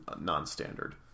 non-standard